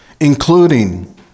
including